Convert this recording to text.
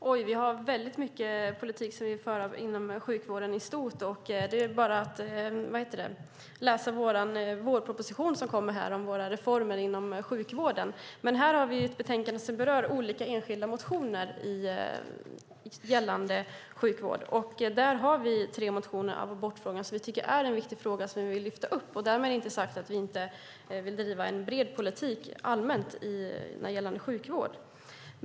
Fru talman! Vi har väldigt mycket politiska förslag som vi vill föra fram när det gäller sjukvården i stort. För att ta del av detta är det bara att läsa vår vårproposition som kommer snart om våra reformer inom sjukvården! Här har vi ett betänkande som berör olika enskilda motioner gällande sjukvården, och vi har tre motioner om abortfrågan som vi tycker är en viktig fråga och som vi vill lyfta upp. Därmed inte sagt att vi inte vill driva en bred politik allmänt sett när det gäller sjukvård.